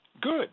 good